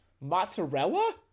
mozzarella